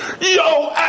Yo